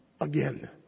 again